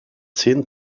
zehn